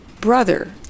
brother